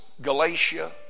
Galatia